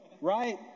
right